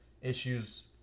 issues